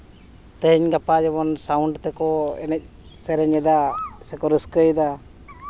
ᱛᱮᱦᱤᱧ ᱜᱟᱯᱟ ᱡᱮᱢᱚᱱ ᱥᱟᱣᱩᱱᱰ ᱛᱮᱠᱚ ᱮᱱᱮᱡ ᱥᱮᱨᱮᱧᱮᱫᱟ ᱥᱮᱠᱚ ᱨᱟᱹᱥᱠᱟᱹᱭᱮᱫᱟ